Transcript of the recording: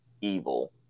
evil